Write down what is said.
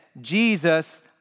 Jesus